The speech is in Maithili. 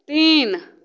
तीन